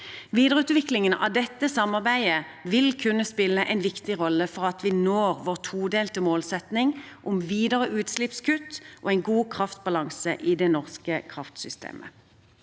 Videreutviklingen av dette samarbeidet vil kunne spille en viktig rolle for at vi når vår todelte målsetting om videre utslippskutt og en god kraftbalanse i det norske kraftsystemet.